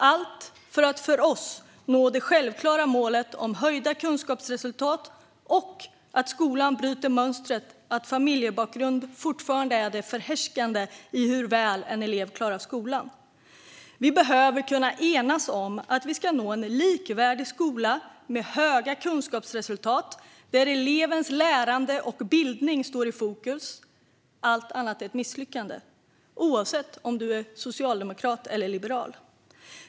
Allt det måste göras för att nå det för oss självklara målet om höjda kunskapsresultat och för att skolan ska bryta mönstret att familjebakgrund fortfarande är förhärskande i fråga om hur väl en elev klarar skolan. Vi behöver kunna enas om att vi ska nå en likvärdig skola som har höga kunskapsresultat, där elevens lärande och bildning står i fokus. Allt annat är ett misslyckande, oavsett om man är socialdemokrat eller liberal.